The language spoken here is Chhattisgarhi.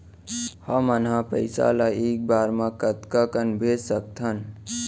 हमन ह पइसा ला एक बार मा कतका कन भेज सकथन?